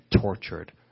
tortured